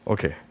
Okay